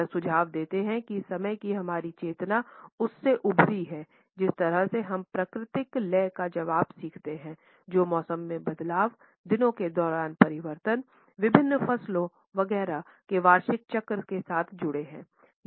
वह सुझाव देता है कि समय की हमारी चेतना उससे उभरी है जिस तरह से हम प्राकृतिक लय का जवाब सीखते हैं जो मौसम में बदलाव दिनों के दौरान परिवर्तन विभिन्न फसलों वगैरह के वार्षिक चक्र के साथ जुड़े थे